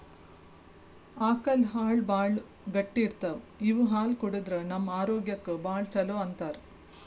ಆಕಳ್ ಹಾಲ್ ಭಾಳ್ ಗಟ್ಟಿ ಇರ್ತವ್ ಇವ್ ಹಾಲ್ ಕುಡದ್ರ್ ನಮ್ ಆರೋಗ್ಯಕ್ಕ್ ಭಾಳ್ ಛಲೋ ಅಂತಾರ್